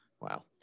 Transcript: Wow